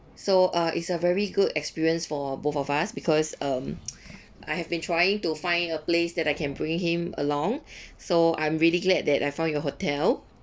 so uh it's a very good experience for both of us because um I have been trying to find a place that I can bring him along so I'm really glad that I found your hotel